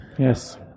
Yes